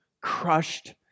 crushed